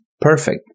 perfect